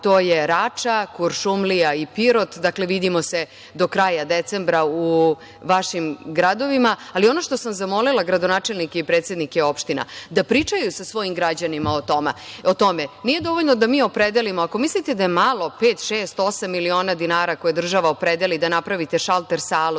Pazova, Rača, Kuršumlija i Pirot. Dakle, vidimo se do kraja decembra u vašim gradovima, ali ono što sam zamolila gradonačelnike i predsednike opština da pričaju sa svojim građanima o tome. Nije dovoljno da mi opredelimo. Ako mislite da je malo pet, šest, osam miliona dinara koje država opredeli da napravite šalter salu,